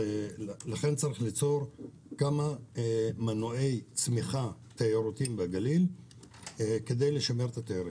לכן צריך ליצור כמה מנועי צמיחה תיירותיים בגליל כדי לשמר את התיירים.